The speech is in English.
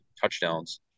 touchdowns